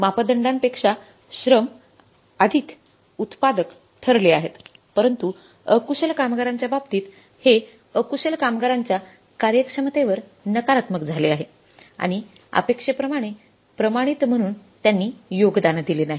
मापदंडांपेक्षा श्रम अधिक उत्पादक ठरले आहेत परंतु अकुशल कामगारांच्या बाबतीत हे अकुशल कामगारांच्या कार्यक्षमतेवर नकारात्मक झाले आहे आणि अपेक्षेप्रमाणे प्रमाणित म्हणून त्यांनी योगदान दिले नाही